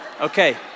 Okay